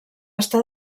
està